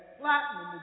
platinum